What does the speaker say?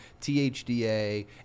THDA